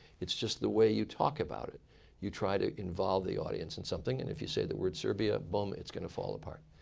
it's just the way you talk about it. you try to involve the audience in something. and if you say the word serbia, boom, it's going to fall apart.